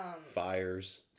Fires